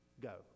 go